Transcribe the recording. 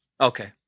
Okay